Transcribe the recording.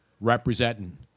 representing